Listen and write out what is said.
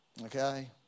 Okay